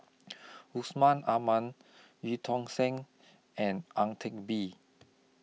Yusman Aman EU Tong Sen and Ang Teck Bee